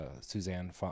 Suzanne